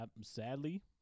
sadly